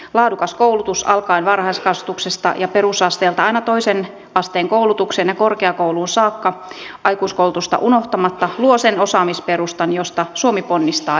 laadukas koulutus alkaen varhaiskasvatuksesta ja perusasteelta aina toisen asteen koulutukseen ja korkeakouluun saakka aikuiskoulutusta unohtamatta luo sen osaamisperustan josta suomi ponnistaa eteenpäin